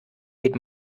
geht